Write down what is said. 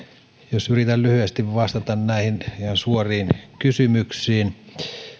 jos yritän lyhyesti vastata näihin ihan suoriin kysymyksiin